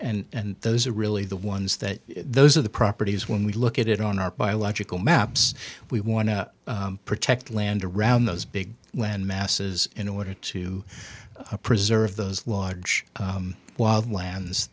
and those are really the ones that those are the properties when we look at it on our biological maps we want to protect land around those big land masses in order to preserve those large wild la